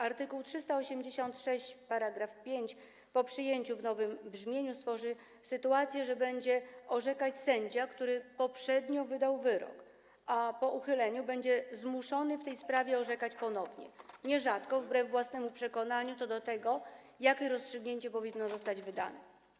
Art. 386 § 5 po przyjęciu w nowym brzmieniu stworzy sytuację, że będzie orzekać sędzia, który poprzednio wydał wyrok, a po uchyleniu będzie zmuszony w tej sprawie orzekać ponownie, nierzadko wbrew własnemu przekonaniu co do tego, jakie rozstrzygnięcie powinno zostać wydane.